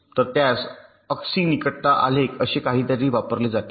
तर त्यात अक्सी निकटता आलेख असे काहीतरी वापरले जाते